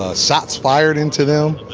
ah sots fired into them.